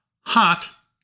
Hot